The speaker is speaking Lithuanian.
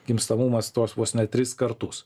gimstamumas tuos vos net tris kartus